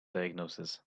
diagnosis